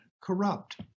corrupt